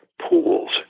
pools